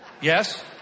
Yes